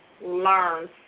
learn